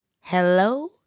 Hello